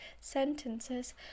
sentences